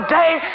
day